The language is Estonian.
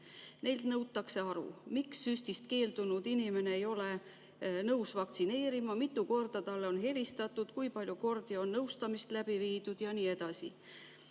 Neilt nõutakse aru, miks süstist keeldunud inimene ei ole nõus vaktsineerima, mitu korda talle on helistatud, kui palju kordi on nõustamist läbi viidud ja nii edasi.